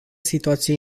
situație